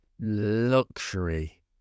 luxury